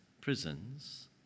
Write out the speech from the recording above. prisons